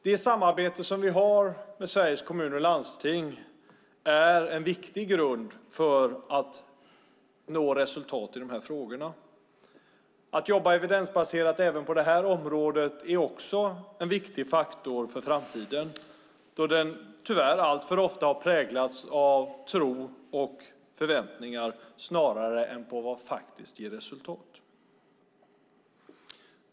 Det samarbete som vi har med Sveriges Kommuner och Landsting är en viktig grund för att nå resultat i de här frågorna. Att jobba evidensbaserat även på det här området är också en viktig faktor för framtiden då det tyvärr alltför ofta har präglats av tro och förväntningar snarare än på att faktiskt ge resultat.